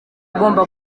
agomba